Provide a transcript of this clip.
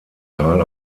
teil